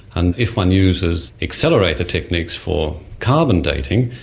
and if one uses accelerator techniques for carbon dating,